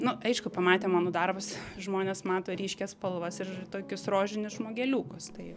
nu aišku pamatę mano darbus žmonės mato ryškias spalvas ir tokius rožinius žmogeliukus tai